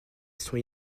sont